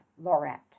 Lorette